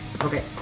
okay